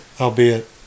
albeit